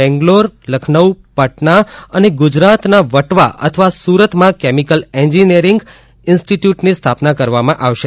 બેંગ્લોર લખનઉ પટના અને ગુજરાતના વટવા અથવા સુરતમાં કેમિકલ એન્જિનીયરીંગ ઇન્સ્ટીટયુટની સ્થાપના કરવામાં આવશે